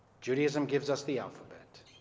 judaism gives us the alphabet.